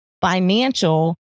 financial